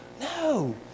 No